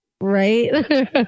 Right